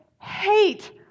hate